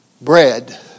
bread